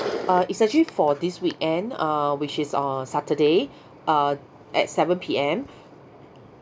uh it's actually for this weekend uh which is on saturday uh at seven P_M